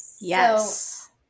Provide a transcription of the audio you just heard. yes